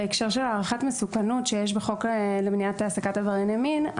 בהקשר של הערכת מסוכנות שיש בחוק למניעת העסקת עברייני מין,